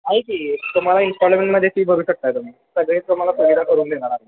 आहे की तुम्हाला इस्टॉलमेंटमध्ये फी भरू शकता तुम्ही सगळी तुम्हाला सुविधा करून देणार आम्ही